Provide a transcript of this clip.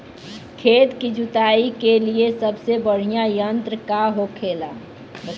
खेत की जुताई के लिए सबसे बढ़ियां यंत्र का होखेला?